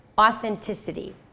authenticity